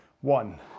one